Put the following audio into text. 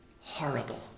horrible